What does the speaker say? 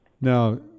Now